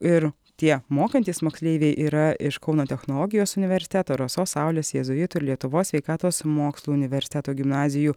ir tie mokantys moksleiviai yra iš kauno technologijos universiteto rasos saulės jėzuitų ir lietuvos sveikatos mokslų universiteto gimnazijų